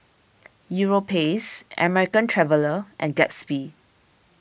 Europace American Traveller and Gatsby